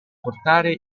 portare